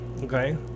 okay